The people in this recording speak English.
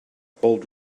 bold